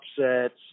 upsets